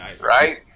right